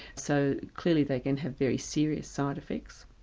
so clearly they can have very serious side effects.